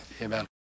amen